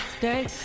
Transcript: day